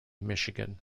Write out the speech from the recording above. michigan